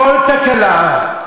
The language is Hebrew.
כל תקלה,